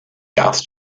gas